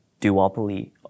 duopoly